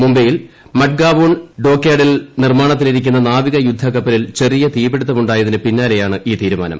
മുംബൈയിൽ മസ്ഗാവോൺ ഡോക്യാർഡ്ഡിൽ നിർമ്മാണത്തിലിരിക്കുന്ന നാവിക യുദ്ധക്കപ്പലിൽ ചെറിയ തീപിടുത്ത മുണ്ടായതിന് പിന്നാലെയാണ് ഈ തീരുമാനം